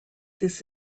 this